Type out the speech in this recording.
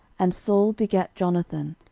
and saul begat jonathan,